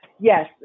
Yes